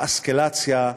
האסקלציה,